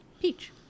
peach